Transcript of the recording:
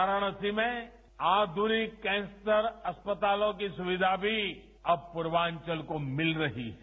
वाराणसी में आधुनिक कैंसर अस्पतालों की सुविधा भी अब पूर्वाचल को मिल रही है